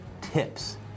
tips